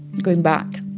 going back